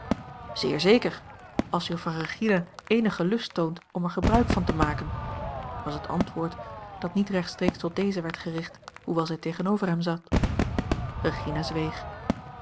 zeer zeker als juffrouw regina eenigen lust toont om er gebruik van te maken was het antwoord dat niet rechtstreeks tot deze werd gericht hoewel zij tegenover hem zat